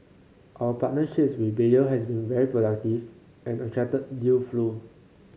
our partnership with Bayer has been very productive and attracted deal flow